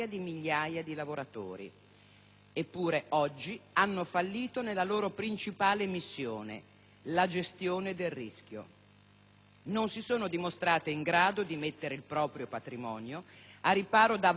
Eppure oggi hanno fallito nella loro principale missione: la gestione del rischio. Non si sono dimostrate in grado di mettere il proprio patrimonio al riparo da avventurose speculazioni.